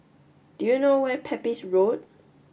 do you know where is Pepys Road